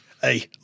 Hey